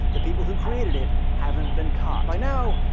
the people who created it haven't been caught. by now,